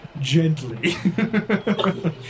gently